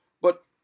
But